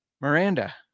Miranda